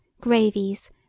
gravies